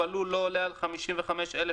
ואני מתכבד לפתוח את ישיבת ועדת הכלכלה של הכנסת.